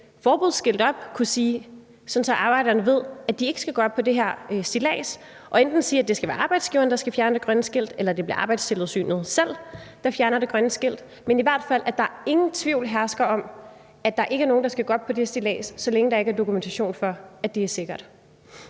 forbudsskilte op, sådan at arbejderne ved, at de ikke skal gå op på det her stillads, og sige, at det enten skal være arbejdsgiveren, der skal fjerne det grønne skilt, eller Arbejdstilsynet selv, der fjerner det grønne skilt, men så der i hvert fald ingen tvivl hersker om, at der ikke er nogen, der skal gå op på det stillads, så længe der ikke er dokumentation for, at det er sikkert.